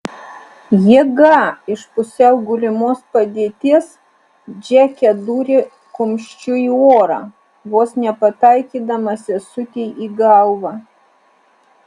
jėga iš pusiau gulimos padėties džeke dūrė kumščiu į orą vos nepataikydama sesutei į galvą